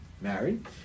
married